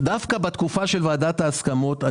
דווקא בתקופה של ועדת ההסכמות,